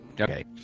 Okay